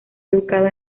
educado